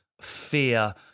fear